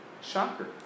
Shocker